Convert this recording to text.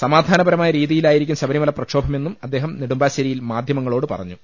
സമാ ധാനപരമായ രീതിയിലായിരിക്കും ശബരിമല് പ്രക്ഷോഭമെന്നും അദ്ദേഹം നെടുമ്പാശ്ശേരിയിൽ മാധ്യമങ്ങളോട് പറഞ്ഞു